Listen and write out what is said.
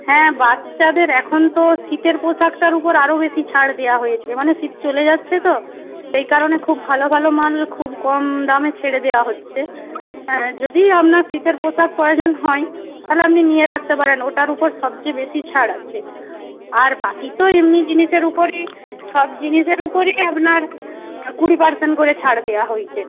হ্যাঁ বাচ্চাদের এখন তো শীতের পোশাকটার উপর আরও বেশি ছাড় দেওয়া হয়েছে মানে শীত চলে যাচ্ছে তো সেই কারণে খুব ভালো ভালো মাল খুব কম দামে ছেড়ে দেওয়া হচ্ছে যদি আপনার শীতের পোশাক প্রয়োজন হয় তাহলে আপনি নিয়ে রাখতে পারেন ওটার উপর সব চেয়ে বেশি ছাড় আছে আর বাকি তো এমনি জিনিসের উপরই সব জিনিসের উপরই আপনার কুড়ি পার্সেন্ট করে ছাড় দেওয়া হয়েছে